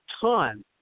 ton